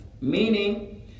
Meaning